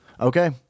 Okay